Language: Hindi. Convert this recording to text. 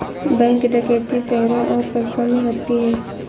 बैंक डकैती शहरों और कस्बों में होती है